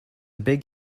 big